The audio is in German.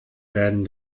werden